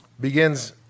begins